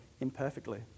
imperfectly